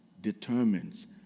determines